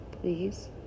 Please